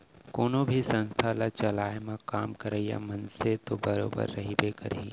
कोनो भी संस्था ल चलाए म काम करइया मनसे तो बरोबर रहिबे करही